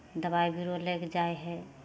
दबाइ बीरो लागि जाइ हइ